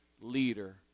leader